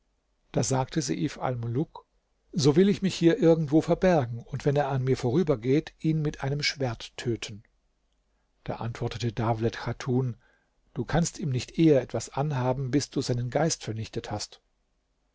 da sagte seif almuluk so will ich mich hier irgendwo verbergen und wenn er an mir vorübergeht ihn mit einem schwert töten da antwortete dawlet chatun du kannst ihm nicht eher etwas anhaben bis du seinen geist vernichtet hast